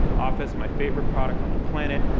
office, my favorite product on the planet.